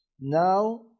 Now